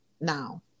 now